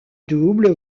double